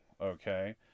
okay